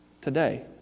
today